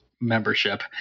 membership